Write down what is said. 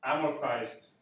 amortized